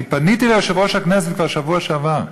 אני פניתי ליושב-ראש הכנסת כבר בשבוע שעבר.